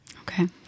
Okay